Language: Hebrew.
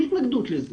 אין לנו התנגדות לזה.